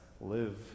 live